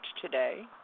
today